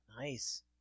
Nice